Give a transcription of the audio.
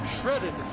shredded